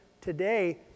Today